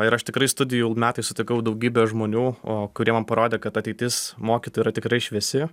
ir aš tikrai studijų metais sutikau daugybę žmonių kurie man parodė kad ateitis mokytojų tikrai šviesi